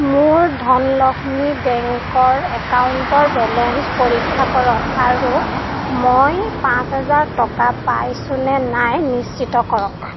মোৰ ধনলক্ষ্মী বেংকৰ একাউণ্টৰ বেলেঞ্চ পৰীক্ষা কৰক আৰু মই পাঁচ হাজাৰ টকা পাইছোনে নাই নিশ্চিত কৰক